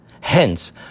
Hence